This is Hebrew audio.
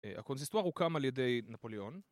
הקונסיסטואר הוקם על ידי נפוליאון